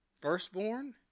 firstborn